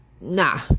Nah